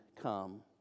come